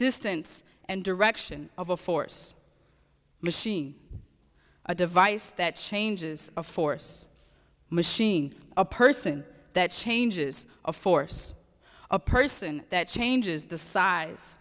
distance and direction of a force machine a device that changes a force machine a person that changes a force a person that changes the size